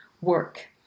work